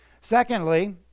Secondly